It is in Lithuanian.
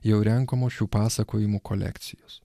jau renkamos šių pasakojimų kolekcijos